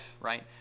right